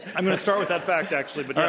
i'm going to start with that fact, actually, but